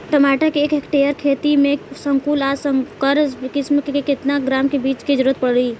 टमाटर के एक हेक्टेयर के खेती में संकुल आ संकर किश्म के केतना ग्राम के बीज के जरूरत पड़ी?